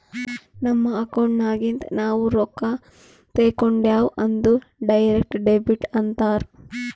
ನಮ್ ಅಕೌಂಟ್ ನಾಗಿಂದ್ ನಾವು ರೊಕ್ಕಾ ತೇಕೊಂಡ್ಯಾವ್ ಅಂದುರ್ ಡೈರೆಕ್ಟ್ ಡೆಬಿಟ್ ಅಂತಾರ್